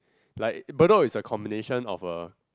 like Bedok is a combination of a